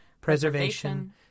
preservation